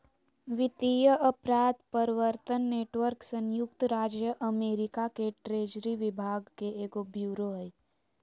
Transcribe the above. वित्तीय अपराध प्रवर्तन नेटवर्क संयुक्त राज्य अमेरिका के ट्रेजरी विभाग के एगो ब्यूरो हइ